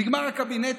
נגמר הקבינט,